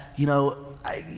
you know, i,